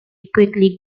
quickly